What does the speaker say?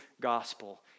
gospel